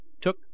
took